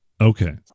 Okay